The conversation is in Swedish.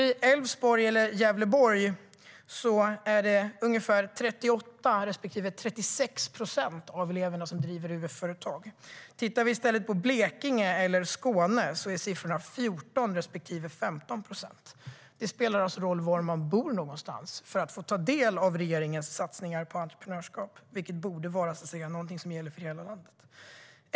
I Älvsborg och i Gävleborg är det ungefär 38 respektive 36 procent av eleverna som driver UF-företag. Tittar vi i stället på Blekinge och Skåne är det 14 respektive 15 procent som driver UF-företag. Det spelar alltså roll var man bor någonstans när det gäller att få ta del av regeringens satsningar på entreprenörskap, vilket borde vara någonting som gäller för hela landet.